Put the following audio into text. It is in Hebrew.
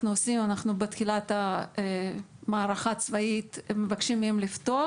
בתחילת המערכה הצבאית אנחנו מבקשים מהם לפתוח